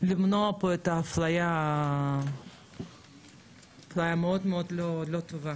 למנוע פה את האפליה שהיא מאוד מאוד לא טובה.